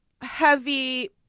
heavy